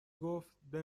گفتبه